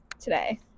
today